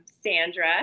Sandra